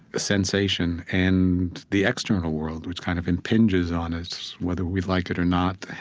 sensation, and the external world, which kind of impinges on us, whether we like it or not,